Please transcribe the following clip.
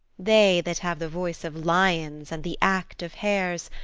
they that have the voice of lions and the act of hares,